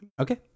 okay